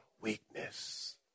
weakness